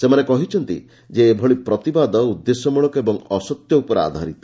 ସେମାନେ କହିଛନ୍ତି ଯେ ଏଭଳି ପ୍ରତିବାଦ ଉଦ୍ଦେଶ୍ୟମଳକ ଓ ଅସତ୍ୟ ଉପରେ ଆଧାରିତ